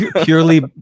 purely